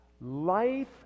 life